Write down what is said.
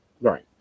right